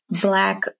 Black